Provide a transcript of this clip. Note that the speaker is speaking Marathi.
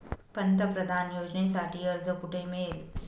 पंतप्रधान योजनेसाठी अर्ज कुठे मिळेल?